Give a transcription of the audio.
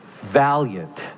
valiant